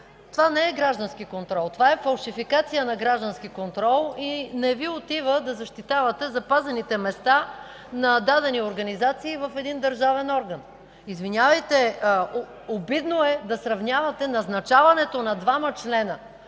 Това не е граждански контрол, това е фалшификация на граждански контрол. Не Ви отива да защитавате запазените места на дадени организации в един държавен орган. Извинявайте, обидно е да сравнявате назначаването на двама членове,